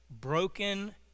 broken